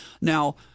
now